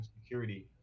security